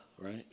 Right